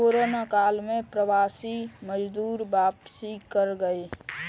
corona काल में प्रवासी मजदूर वापसी कर गए